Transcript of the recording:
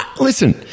listen